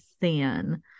thin